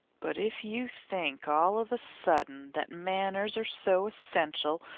but if you think all of a sudden that manners are so essential,